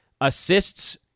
Assists